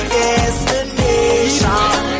destination